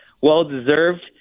Well-deserved